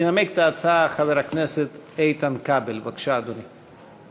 ינמק את ההצעה חבר הכנסת איתן כבל, בבקשה, אדוני.